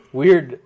weird